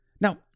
Now